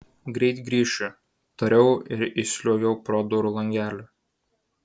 greit grįšiu tariau ir įsliuogiau pro durų langelį